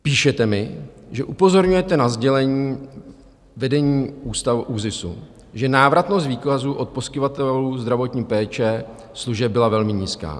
Píšete mi, že upozorňujete na sdělení vedení ústavu ÚZISu, že návratnost výkazů od poskytovatelů zdravotní péče a služeb byla velmi nízká.